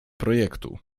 projektu